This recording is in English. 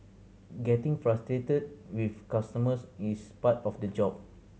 getting frustrated with customers is part of the job